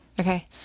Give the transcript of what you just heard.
Okay